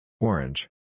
Orange